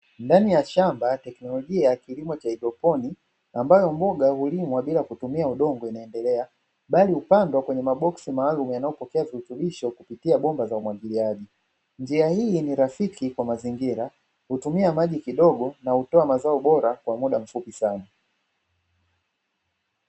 Ndani ya shamba teknolojia ya kilimo cha haidroponi ambayo mboga hulimwa bila kutumia udongo inaendelea. bali hupandwa kwenye maboksi maalumu yanayopokea virutubisho kupitia bomba za umwagiliaji. Njia hii ni rafiki kwa mazingira, hutumia maji kidogo na hutoa mazao bora kwa muda mfupi sana.